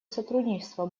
сотрудничество